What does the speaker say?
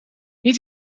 niet